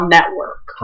Network